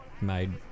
made